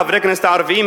חברי הכנסת הערבים,